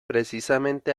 precisamente